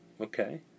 Okay